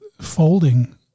folding